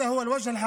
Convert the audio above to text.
ממשלת נתניהו,